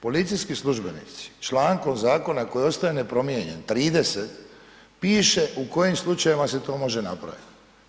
Policijski službenici člankom zakona koji ostaje nepromijenjen 30 piše u kojim slučajevima se to može napraviti.